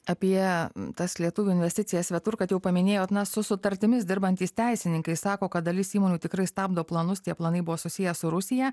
apie tas lietuvių investicijas svetur kad jau paminėjot na su sutartimis dirbantys teisininkai sako kad dalis įmonių tikrai stabdo planus tie planai buvo susiję su rusija